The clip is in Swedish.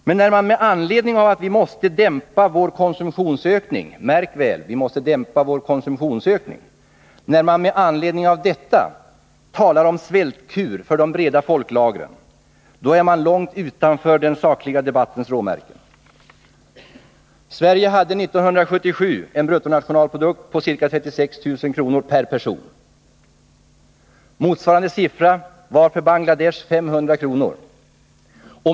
Men när man med anledning av att vi måste dämpa vår konsumtionsökning talar om ”svältkur för de breda folklagren” , är man långt utanför den sakliga debattens råmärken. Sverige hade 1977 en bruttonationalprodukt på ca 36 000 kr. per person. Motsvarande siffra var för Bangladesh 500 kr.